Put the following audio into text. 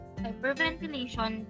hyperventilation